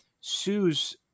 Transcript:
sues